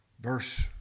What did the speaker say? Verse